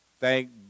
Thank